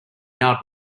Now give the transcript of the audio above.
yard